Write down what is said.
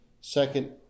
Second